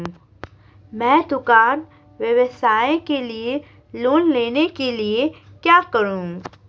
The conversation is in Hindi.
मैं दुकान व्यवसाय के लिए लोंन लेने के लिए क्या करूं?